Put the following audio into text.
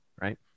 Right